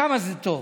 שם זה טוב,